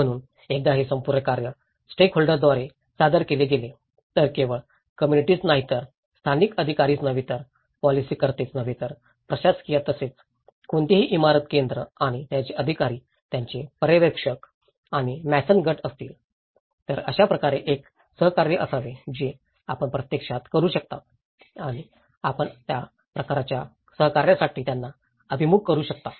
म्हणून एकदा हे संपूर्ण कार्य स्टेकहोल्डरद्वारे सादर केले गेले तर केवळ कम्म्युनिटीच नाही तर स्थानिक अधिकारीच नव्हे तर पोलिसीकर्तेच नव्हे तर प्रशासक तसेच तसेच कोणतीही इमारत केंद्रे आणि त्यांचे अधिकारी आणि त्यांचे पर्यवेक्षक आणि मॅसन गट असतील तर अशा प्रकारे एक सहकार्य असावे जे आपण प्रत्यक्षात करू शकता आणि आपण त्या प्रकारच्या सहकार्यासाठी त्यांना अभिमुख करू शकता